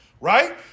right